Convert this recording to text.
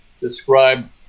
describe